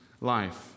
life